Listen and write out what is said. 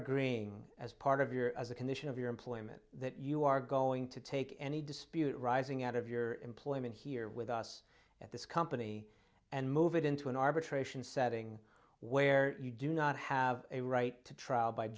agreeing as part of your as a condition of your employment that you are going to take any dispute rising out of your employment here with us at this company and move it into an arbitration setting where you do not have a right to trial by